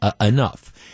enough